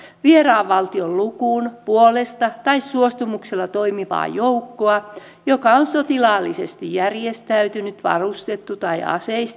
vieraan valtion lukuun puolesta tai suostumuksella toimivaa joukkoa joka on sotilaallisesti järjestäytynyt varustettu tai aseistettu ja